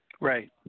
Right